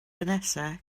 vanessa